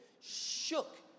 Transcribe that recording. shook